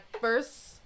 first